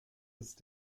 ist